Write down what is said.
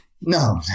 no